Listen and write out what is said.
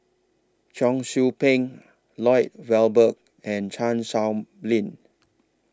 Cheong Soo Pieng Lloyd Valberg and Chan Sow Lin